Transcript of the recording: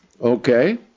Okay